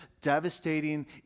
devastating